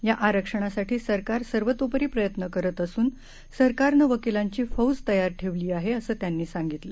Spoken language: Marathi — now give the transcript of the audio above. या आरक्षणासाठी सरकार सर्वोतोपरी प्रयत्न करत असून सरकारनं वकिलांची फौज तयार ठेवली आहे असं त्यांनी सांगितलं